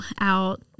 out